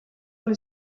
ahal